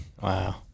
wow